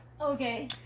Okay